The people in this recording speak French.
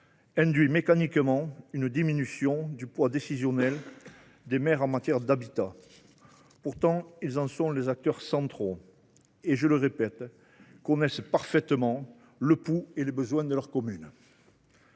induit mécaniquement une diminution du poids décisionnel des maires en matière d’habitat. Pourtant, ils sont des acteurs centraux en la matière, car ils connaissent parfaitement, je le répète, le pouls et les besoins de leurs communes.